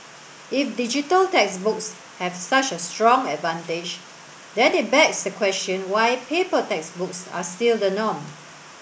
if digital textbooks have such a strong advantage then it begs the question why paper textbooks are still the norm